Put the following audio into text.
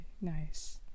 nice